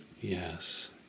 Yes